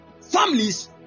families